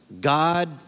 God